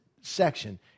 section